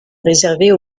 réserver